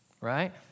Right